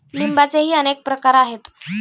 लिंबाचेही अनेक प्रकार आहेत